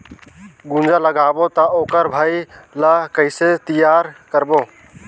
गुनजा लगाबो ता ओकर भुईं ला कइसे तियार करबो?